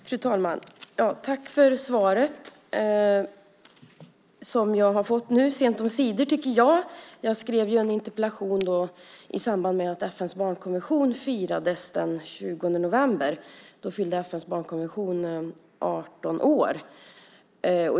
Fru talman! Tack för svaret som jag har fått sent omsider. Jag skrev ju en interpellation i samband med att FN:s barnkonvention firades den 20 november. Då fyllde FN:s barnkonvention 18 år.